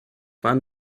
waren